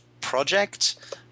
project